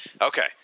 Okay